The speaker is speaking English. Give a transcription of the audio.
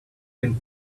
been